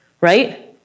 right